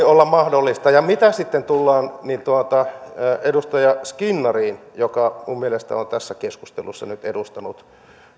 olla mahdollista ja mitä sitten tulee edustaja skinnariin hän on minun mielestäni tässä keskustelussa nyt edustanut